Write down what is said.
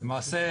למעשה,